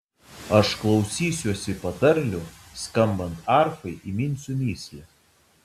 aš klausysiuosi patarlių skambant arfai įminsiu mįslę